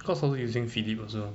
cause I also using Philip also